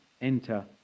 enter